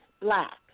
black